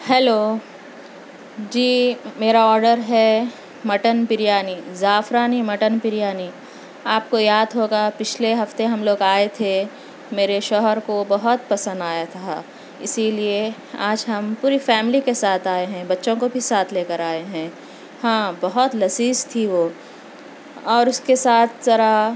hello جی میرا order ہے مٹن بریانی زعفرانی مٹن بریانی آپ کو یاد ہوگا پچھلے ہفتے ہم لوگ آئے تھے میرے شوہر کو بہت پسند آیا تھا اسی لئے آج ہم پوری فیملی کے ساتھ آئے ہیں بچوں کو بھی ساتھ لے کر آئے ہیں ہاں بہت لذیذ تھی وہ اور اس کے ساتھ ذرا